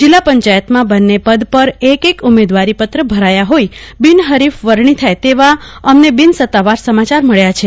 જિલ્લા પંચાયતમાં બંને પદ પર એક એક ઉમેદવારી પત્ર ભરાયા હોઈ બિનહરીફ વરણી થાય તેવા અમને બિન સતાવાર સમાચાર મળ્યા છે